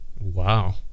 Wow